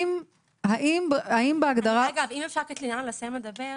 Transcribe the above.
אם אפשר לתת לאילנה לסיים לדבר,